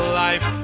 life